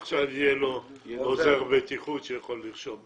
להגביר את --- עכשיו יהיה לו עוזר בטיחות שיכול לרשום במקומו.